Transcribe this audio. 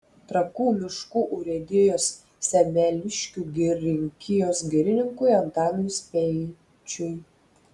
trakų miškų urėdijos semeliškių girininkijos girininkui antanui speičiui